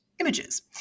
images